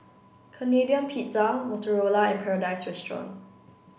Canadian Pizza Motorola and Paradise Restaurant